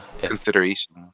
consideration